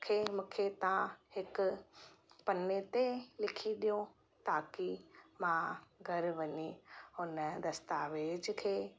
खे मूंखे तव्हां हिकु पने ते लिखी ॾियो ताकी मां घरु वञी उन दस्तावेज़ खे